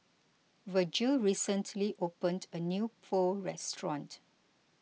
Vergil recently opened a new Pho restaurant